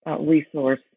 resource